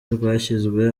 rwashyizwe